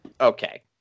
okay